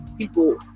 People